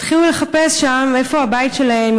התחילו לחפש שם איפה הבית שלהם,